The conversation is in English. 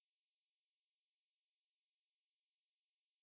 think depends lor maybe F&B but now